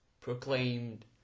proclaimed